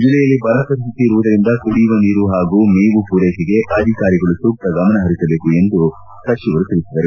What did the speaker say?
ಜಲ್ಲೆಯಲ್ಲಿ ಬರ ಪರಿಸ್ತಿತಿ ಇರುವುದರಿಂದ ಕುಡಿಯುವ ನೀರು ಹಾಗೂ ಹಾಗೂ ಮೇವು ಪೂರೈಕೆಗೆ ಅಧಿಕಾರಿಗಳು ಸೂಕ್ತ ಗಮನ ಹರಿಸಬೇಕು ಎಂದು ಸಚಿವರು ತಿಳಿಸಿದರು